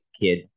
kid